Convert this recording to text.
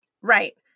Right